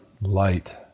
light